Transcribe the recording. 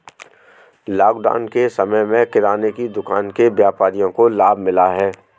lockdown के समय में किराने की दुकान के व्यापारियों को लाभ मिला है